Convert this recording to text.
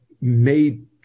made